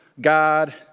God